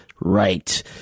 Right